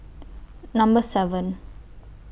Number seven